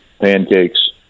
pancakes